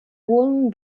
hohem